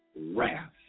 wrath